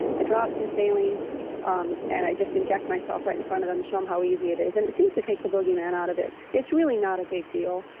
i drop some saline um and i just inject myself right in front of them, show them how easy it is and it seems to take the boogeyman out of it. it's really not a big deal.